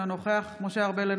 אינו נוכח משה ארבל,